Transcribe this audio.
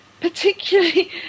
particularly